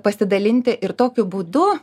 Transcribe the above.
pasidalinti ir tokiu būdu